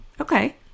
Okay